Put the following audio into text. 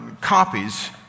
copies